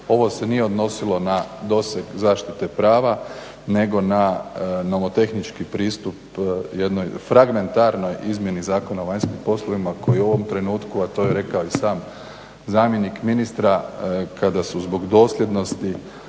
ovo se nije odnosilo na doseg zaštite prava nego na nomotehnički pristup jednoj fragmentarnoj izmjeni Zakona o vanjskim poslovima koji u ovom trenutku, a to je rekao i sam zamjenik ministra kada su zbog dosljednosti